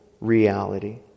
reality